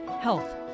health